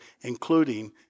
including